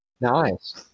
Nice